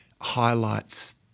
highlights